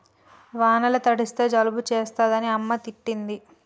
వానల తడిస్తే జలుబు చేస్తదని అమ్మ తిట్టింది